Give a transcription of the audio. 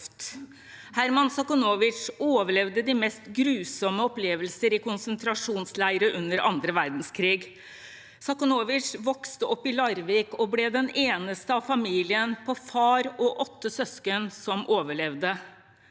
Herman Sachnowitz overlevde de mest grusomme opplevelser i konsentrasjonsleirer under annen verdenskrig. Sachnowitz vokste opp i Larvik og ble den eneste av familien på far og åtte søsken som overlevde.